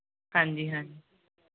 ਹਾਂਜੀ ਹਾਂ